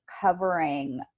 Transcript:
covering